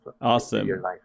awesome